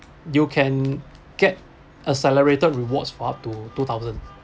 you can get a celebrated rewards for up to two thousand